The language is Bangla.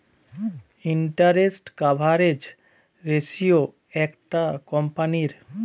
ইন্টারেস্ট কাভারেজ রেসিও একটা কোম্পানীর